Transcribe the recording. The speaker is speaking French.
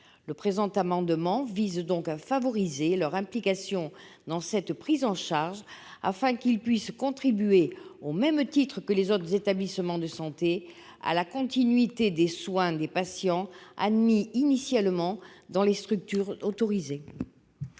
Le présent amendement vise donc à favoriser leur implication dans cette prise en charge, afin qu'ils puissent contribuer, au même titre que les autres établissements de santé, à la continuité des soins des patients admis initialement dans les structures autorisées.